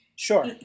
Sure